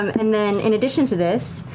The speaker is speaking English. um and then, in addition to this,